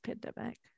pandemic